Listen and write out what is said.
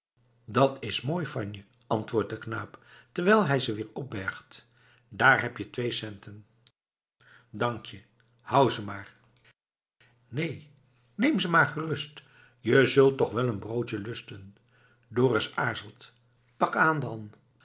dat is mooi van je antwoordt de knaap terwijl hij ze weer opbergt daar heb je twee centen dank je houd ze maar neen neem ze maar gerust je zult toch wel een broodje lusten dorus aarzelt pak aan dan